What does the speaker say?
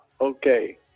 Okay